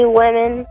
women